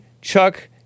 Chuck